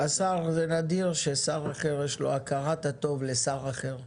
נדיר ששר אחד יש לו הכרת הטוב לשר אחר.